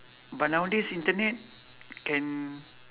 but nowadays internet can